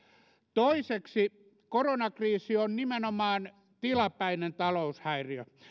toiseksi koronakriisi on nimenomaan tilapäinen taloushäiriö